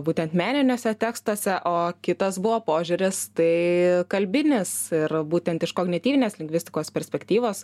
būtent meniniuose tekstuose o kitas buvo požiūris tai kalbinis ir būtent iš kognityvinės lingvistikos perspektyvos